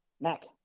Mac